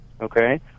Okay